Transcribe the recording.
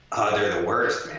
they're the worst,